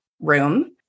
room